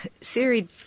Siri